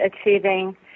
achieving